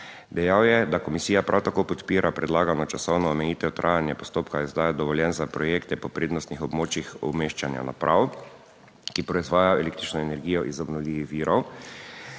Dejal je, da komisija prav tako podpira predlagano časovno omejitev trajanja postopka izdaje dovoljenj za projekte po prednostnih območjih umeščanja naprav, ki proizvajajo električno energijo iz obnovljivih virov